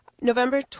November